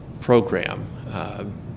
program